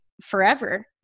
forever